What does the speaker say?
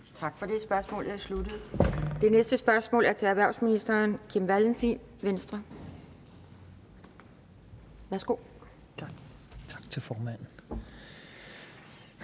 Tak for det. Spørgsmålet er sluttet. Det næste spørgsmål er til erhvervsministeren af hr. Kim Valentin, Venstre. Kl. 17:58 Spm.